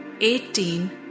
eighteen